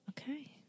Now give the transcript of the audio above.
Okay